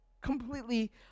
completely